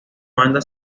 banda